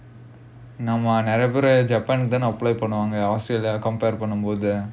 நம்ம நிறைய பேரு:namma niraiya peru japan தானே பண்ணுவாங்க:thaanae pannuvaanga australia compare பண்ணும்போது:pannumppothu